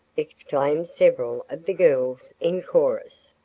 exclaimed several of the girls in chorus.